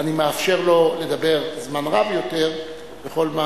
ואני מאפשר לו לדבר זמן רב יותר בכל מה